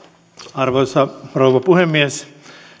arvoisa rouva puhemies